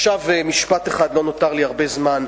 עכשיו משפט אחד, לא נותר לי הרבה זמן,